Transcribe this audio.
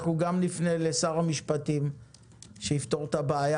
אנחנו גם נפנה לשר המשפטים שיפתור את הבעיה